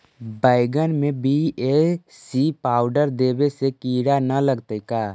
बैगन में BAC powder देबे से किड़ा न लगतै का?